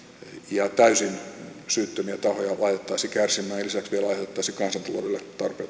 ja täysin syyttömiä tahoja laitettaisi kärsimään ja lisäksi vielä aiheutettaisi kansantaloudelle